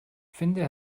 finde